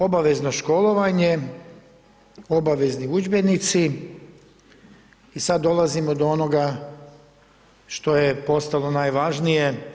Obavezno školovanje, obavezni udžbenici i sad dolazimo do onoga što je postalo najvažnije.